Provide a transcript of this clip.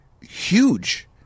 huge